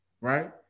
right